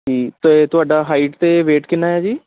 ਜੀ ਅਤੇ ਤੁਹਾਡਾ ਹਾਈਟ ਅਤੇ ਵੇਟ ਕਿੰਨਾ ਹੈ ਜੀ